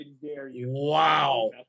wow